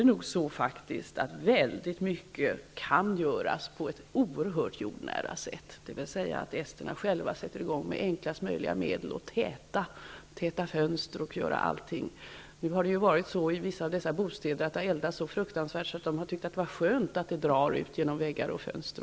Det är nog faktiskt också så att väldigt mycket kan göras på ett oerhört jordnära sätt, dvs. genom att esterna själva med enklast möjliga medel sätter i gång att täta fönster och annat. I vissa av bostäderna i Estland har det ju eldats så fruktansvärt mycket att man har tyckt att det har varit skönt med drag genom väggar och fönster.